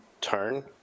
turn